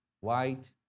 White